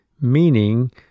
meaning